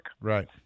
Right